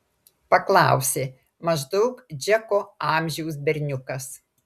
paklausė maždaug džeko amžiaus berniukas